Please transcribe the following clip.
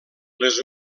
les